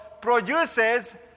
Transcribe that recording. produces